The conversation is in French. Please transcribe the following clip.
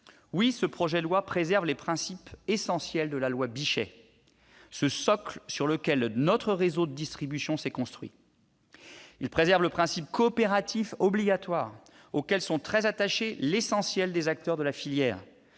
Oui, ce projet de loi préserve les principes essentiels de la loi Bichet, ce socle sur lequel notre réseau de distribution s'est construit. Il préserve le principe coopératif obligatoire, auquel est très attaché l'essentiel des acteurs de la filière,